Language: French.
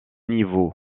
niveau